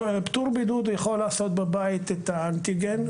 פטור בידוד יכול לעשות בבית את האנטיגן,